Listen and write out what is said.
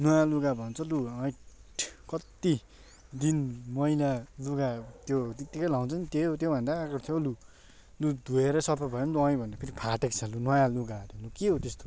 नयाँ लुगा भन्छ लु हैट कति दिन मैला लुगा त्यो तेतिकै लाउँछ नि त्यो त्योभन्दा आगर थियो हौ लु लु धोएर सफा भए पनि त अँ है भन्नु फेरि फाटेको छ नयाँ लुगा हरे के हो तेस्तो